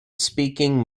speaking